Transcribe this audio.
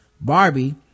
Barbie